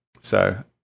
So-